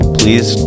please